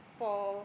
for